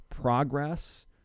progress